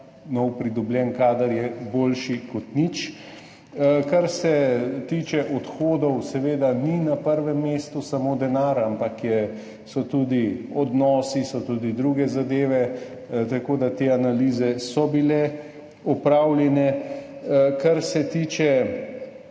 nov pridobljen kader je boljši kot nič. Kar se tiče odhodov, seveda ni na prvem mestu samo denar, ampak so tudi odnosi, so tudi druge zadeve, tako da te analize so bile opravljene. Kar se tiče